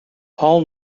paul